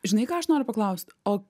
žinai ką aš noriu paklaust o